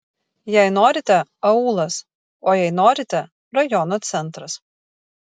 jei norite aūlas o jei norite rajono centras